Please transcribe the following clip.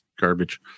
garbage